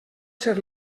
ser